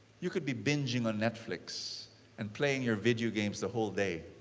you could be binging on netflix and playing your video games the whole day.